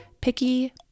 picky